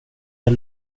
jag